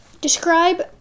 Describe